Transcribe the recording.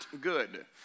good